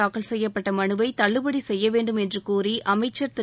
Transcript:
தாக்கல் செய்யப்பட்ட மனுவை தள்ளுபடி செய்ய வேண்டும் என்று கோரி அமைச்சர் திரு